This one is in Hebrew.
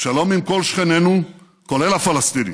שלום עם כל שכנינו, כולל הפלסטינים.